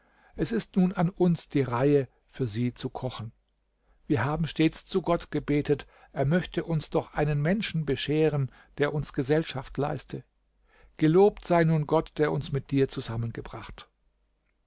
es ist nun an uns die reihe für sie zu kochen wir haben stets zu gott gebetet er möchte uns doch einen menschen bescheren der uns gesellschaft leiste gelobt sei nun gott der uns mit dir zusammengebracht